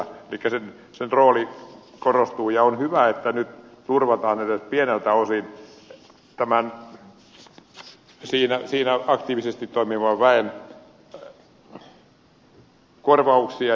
elikkä vpkn rooli korostuu ja on hyvä että nyt turvataan edes pieniltä osin siinä aktiivisesti toimivan väen korvauksia